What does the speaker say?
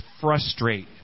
frustrate